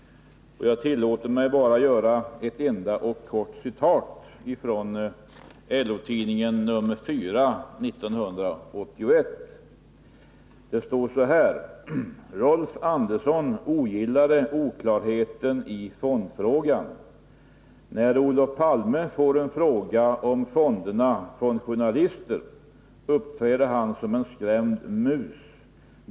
Jag tillåter mig ett enda kort citat från LO-tidningen nr 4 år 1981: ”Rolf Andersson ogillade oklarheten i fondfrågan. När Olof Palme får en fråga om fonderna från journalister uppträder han som en skrämd mus.